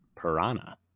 Piranha